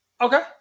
Okay